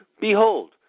behold